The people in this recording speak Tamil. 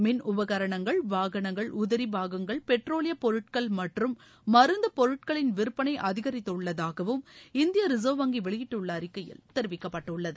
மின் உபகரணங்கள் வாகனங்கள் உதிரி பாகங்கள் பெட்ரோலிய பொருட்கள் மற்றும் மருந்து பொருட்களின் விற்பளை அதிகித்துள்ளதாகவும் இந்திய ரிசர்வ் வங்கி வெளியிட்டுள்ள அறிக்கையில் தெரிவிக்கப்பட்டுள்ளது